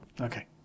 Okay